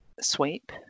sweep